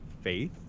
faith